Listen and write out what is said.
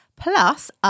plus